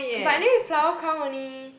but anyway flower crown only